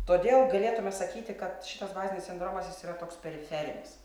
todėl galėtume sakyti kad šitas bazinis sindromas jis yra toks periferinis